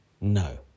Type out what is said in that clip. No